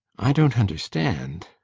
i don't understand,